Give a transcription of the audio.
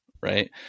Right